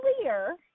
clear